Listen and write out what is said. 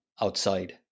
outside